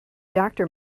doctor